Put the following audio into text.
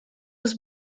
was